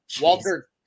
Walter